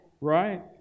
right